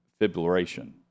fibrillation